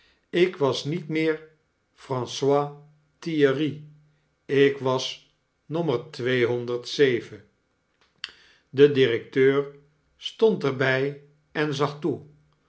ik was niet meer francis thierry ik was nommer tweehonderd zeven de directeur stond er bij en zag toe